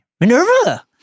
Minerva